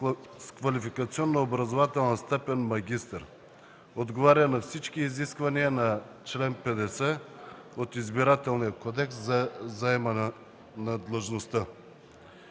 с квалификационна образователна степен „магистър”. Отговаря на всички изисквания на чл. 50 от Избирателния кодекс за заемане на длъжността.